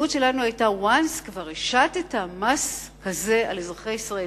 ההסתייגות שלנו היתה שברגע שכבר השתת מס כזה על אזרחי ישראל,